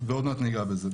ועוד מעט ניגע בזה.